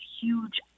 huge